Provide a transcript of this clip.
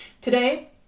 Today